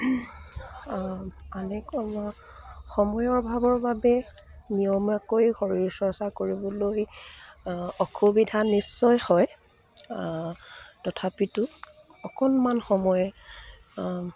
আনে ক সময়ৰ অভাৱৰ বাবে নিয়মীয়াকৈ শৰীৰ চৰ্চা কৰিবলৈ অসুবিধা নিশ্চয় হয় তথাপিতো অকণমান সময়